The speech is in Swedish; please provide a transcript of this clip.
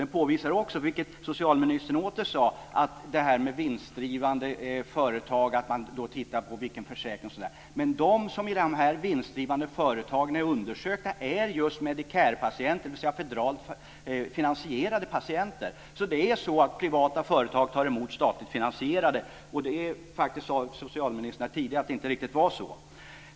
Den påvisar också, vilket socialministern återigen sade, det här med vinstdrivande företag och att man tittar på försäkringar och sådant. De som i fråga om de vinstdrivande företagen är undersökta är just Medicarepatienter, dvs. federalt finansierade patienter. Det är alltså så att privata företag tar emot statligt finansierade patienter. Socialministern sade här tidigare att det inte riktigt var så.